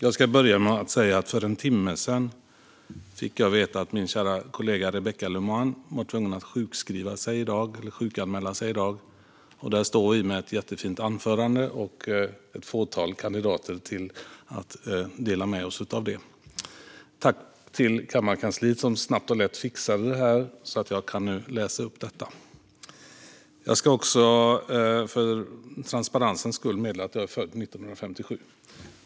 Herr talman! För en timme sedan fick jag veta att min kära kollega Rebecka Le Moine var tvungen att sjukanmäla sig i dag. Där stod vi med ett jättefint anförande och ett fåtal kandidater till att dela det med er. Tack till kammarkansliet som snabbt och lätt fixade att jag kan läsa upp detta! För transparensens skull ska jag meddela att jag är född 1957.